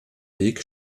weg